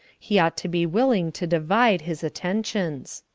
he ought to be willing to divide his attentions.